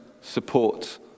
support